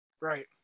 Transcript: Right